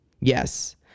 Yes